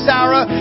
Sarah